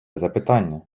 запитання